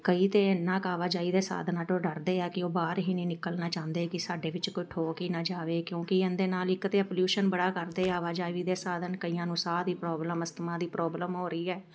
ਕਈ ਤਾਂ ਇੰਨਾਂ ਕੁ ਆਵਾਜਾਈ ਦੇ ਸਾਧਨਾ ਤੋਂ ਡਰਦੇ ਆ ਕਿ ਉਹ ਬਾਹਰ ਹੀ ਨਹੀਂ ਨਿਕਲਣਾ ਚਾਹੁੰਦੇ ਕਿ ਸਾਡੇ ਵਿੱਚ ਕੋਈ ਠੋਕ ਹੀ ਨਾ ਜਾਵੇ ਕਿਉਂਕਿ ਇਹਦੇ ਨਾਲ ਇੱਕ ਤਾਂ ਆ ਪਲਿਊਸ਼ਨ ਬੜਾ ਕਰਦੇ ਆਵਾਜਾਈ ਦੇ ਸਾਧਨ ਕਈਆਂ ਨੂੰ ਸਾਹ ਦੀ ਪ੍ਰੋਬਲਮ ਅਸਥਮਾ ਦੀ ਪ੍ਰੋਬਲਮ ਹੋ ਰਹੀ ਹੈ